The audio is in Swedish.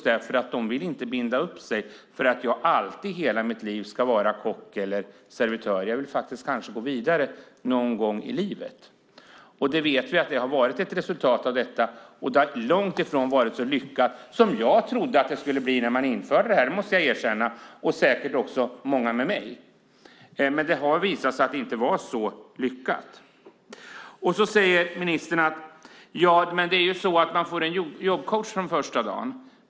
De vill nämligen inte binda upp sig för att vara kock eller servitör i hela sitt liv, utan de kanske faktiskt vill gå vidare någon gång i livet. Vi vet att det har varit ett resultat av detta, och det har långt ifrån varit så lyckat som jag och säkert många med mig, det måste jag erkänna, trodde att det skulle bli när man införde det. Ministern säger att man får en jobbcoach från första dagen.